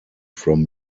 from